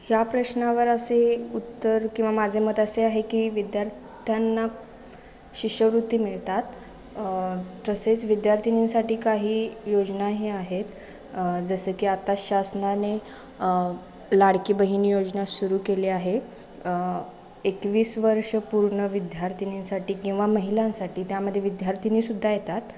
ह्या प्रश्नावर असे उत्तर किंवा माझे मत असे आहे की विद्यार्थ्यांना शिष्यवृत्ती मिळतात तसेच विद्यार्थिनींसाठी काही योजनाही आहेत जसं की आत्ता शासनाने लाडकी बहीण योजना सुरू केले आहे एकवीस वर्ष पूर्ण विद्यार्थिनींसाठी किंवा महिलांसाठी त्यामध्ये विद्यार्थिनीसुद्धा येतात